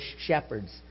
shepherds